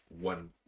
one